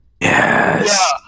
Yes